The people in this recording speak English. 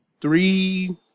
Three